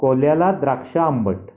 कोल्ह्याला द्राक्षं आंबट